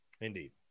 Indeed